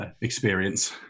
experience